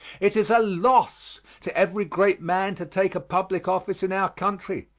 it is a loss to every great man to take a public office in our country.